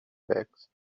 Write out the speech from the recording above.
bags